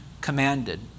commanded